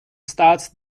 starts